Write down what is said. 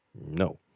No